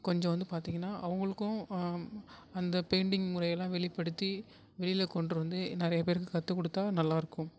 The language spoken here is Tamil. கொஞ்சம் வந்து பார்த்திங்கன்னா அவங்களுக்கும் அந்த பெயிண்டிங் முறையெல்லாம் வெளிப்படுத்தி வெளியில கொண்ட்டு வந்து நிறைய பேருக்கு கற்று கொடுத்தா நல்லா இருக்கும்